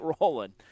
rolling